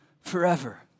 forever